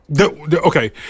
Okay